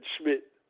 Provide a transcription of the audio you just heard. Schmidt